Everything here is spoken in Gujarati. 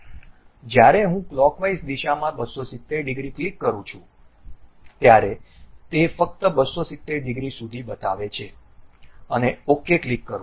જ્યારે હું ક્લોકવાઇઝ દિશામાં 270 ડિગ્રી ક્લિક કરું છું ત્યારે તે ફક્ત 270 ડિગ્રી સુધી બતાવે છે અને OK ક્લિક કરો